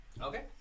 Okay